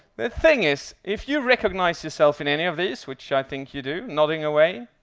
the thing is, if you recognise yourself in any of these, which i think you do, nodding away,